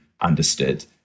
understood